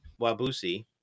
Wabusi